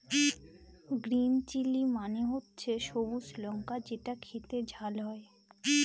green chilli মানে হচ্ছে সবুজ লঙ্কা যেটা খেতে ঝাল হয়